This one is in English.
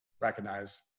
recognize